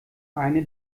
eine